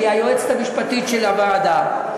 שהיא היועצת המשפטית של הוועדה,